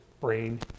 brain